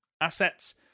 assets